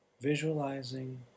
visualizing